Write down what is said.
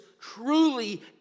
truly